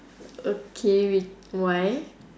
okay wait why